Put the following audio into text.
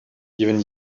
even